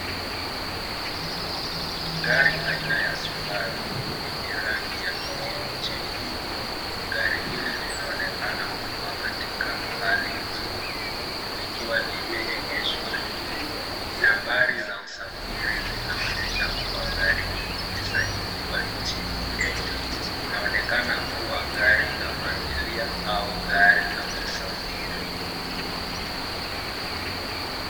Gari aina ya Subaru yenye rangi ya kijivu cheusi. Gari hili linaonekana kuwa katika hali nzuri likiwa limeegeshwa nje. Nambari za usajili zinaonyesha kuwa gari hii imesajiliwa nchini Kenya. Inaonekana kuwa gari la familia au gari la kusafiri.